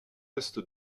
est